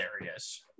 areas